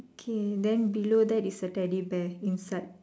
okay then below that is a Teddy bear inside